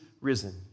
risen